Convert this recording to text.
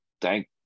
thank